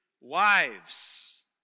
Wives